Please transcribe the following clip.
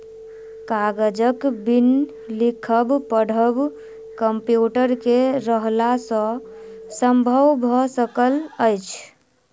कागजक बिन लिखब पढ़ब कम्प्यूटर के रहला सॅ संभव भ सकल अछि